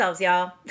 y'all